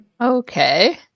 Okay